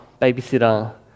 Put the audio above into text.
babysitter